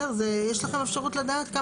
יש לכם אפשרות לדעת?